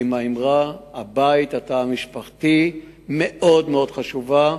עם האמרה: הבית, התא המשפחתי, מאוד חשוב.